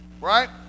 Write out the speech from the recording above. right